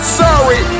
sorry